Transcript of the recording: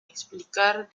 explicar